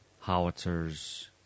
howitzers